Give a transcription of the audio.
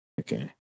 Okay